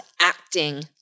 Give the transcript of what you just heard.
acting